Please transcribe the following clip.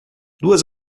duas